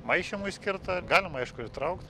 maišymui skirta galima aišku ir traukt